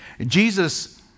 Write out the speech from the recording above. Jesus